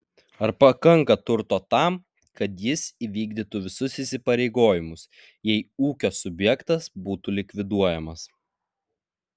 ar pakanka turto tam kad jis įvykdytų visus įsipareigojimus jei ūkio subjektas būtų likviduojamas